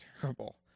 terrible